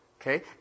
Okay